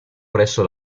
presso